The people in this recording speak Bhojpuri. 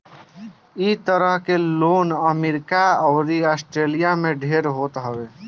इ तरह के लोन अमेरिका अउरी आस्ट्रेलिया में ढेर होत हवे